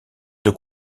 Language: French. deux